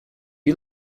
you